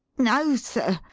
no, sir.